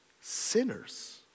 sinners